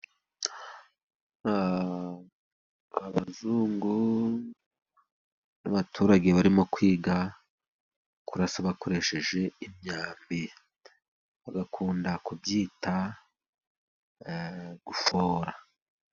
Abazungu n'abaturage barimo kwiga kurasa bakoresheje imyambi, bakunda kubyita gufora.